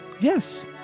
Yes